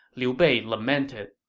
liu bei lamented,